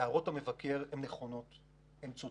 הערות המבקר הן נכונות והן צודקות.